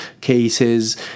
cases